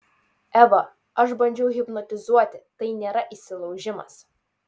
eva aš bandžiau hipnotizuoti tai nėra įsilaužimas